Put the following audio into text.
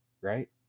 right